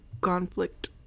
conflict